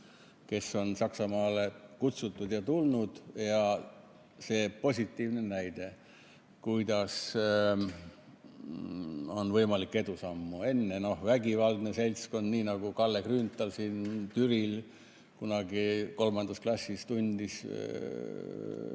kes on Saksamaale kutsutud ja tulnud ning see on positiivne näide, kuidas on võimalik edusammu teha. Enne oli vägivaldne seltskond, nii nagu Kalle Grünthal Türil kunagi kolmandas klassis tundis,